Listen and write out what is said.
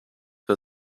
her